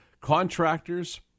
contractors